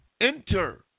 enter